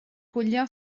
gwylio